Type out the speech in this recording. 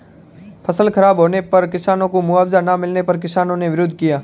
फसल खराब होने पर किसानों को मुआवजा ना मिलने पर किसानों ने विरोध किया